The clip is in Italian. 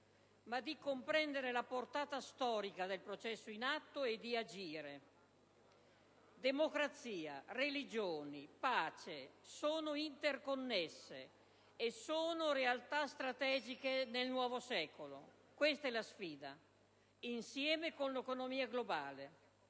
di comprendere la portata storica del processo in atto e di agire. Democrazia, religioni, pace sono realtà interconnesse e strategiche del nuovo secolo; questa è la sfida, insieme con l'economia globale,